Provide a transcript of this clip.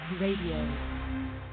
Radio